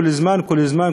כל הזמן,